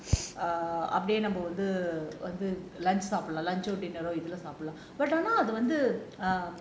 அப்டியே நம்ம வந்து சாப்பிடலாம் ஆனா அது வந்து:apdiyae namma vanthu saapidalaam aana athu vanthu